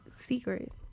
Secret